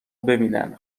ببینن